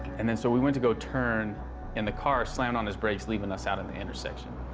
and and so we went to go turn and the car slammed on his brakes leaving us out in the intersection.